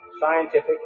scientific